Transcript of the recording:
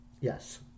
Yes